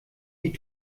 die